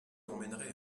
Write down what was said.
emmènerai